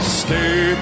stay